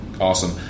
awesome